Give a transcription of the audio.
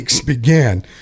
began